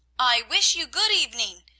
i wish you good evening!